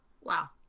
Wow